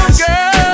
girl